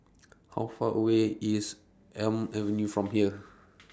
How Far away IS Elm Avenue from here